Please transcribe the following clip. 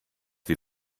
wir